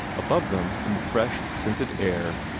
above them, in the fresh, scented air,